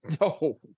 No